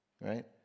right